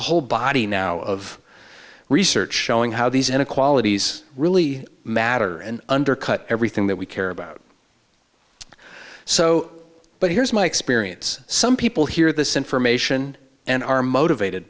a whole body now of research showing how these inequalities really matter and undercut everything that we care about so but here's my experience some people hear this information and are motivated